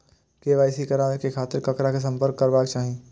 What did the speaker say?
KYC कराबे के खातिर ककरा से संपर्क करबाक चाही?